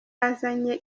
azanye